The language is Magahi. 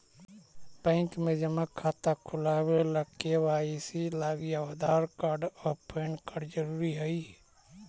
बैंक में जमा खाता खुलावे ला के.वाइ.सी लागी आधार कार्ड और पैन कार्ड ज़रूरी हई